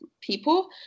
people